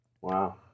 Wow